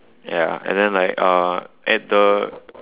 ya and then like uh at the